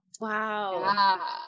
Wow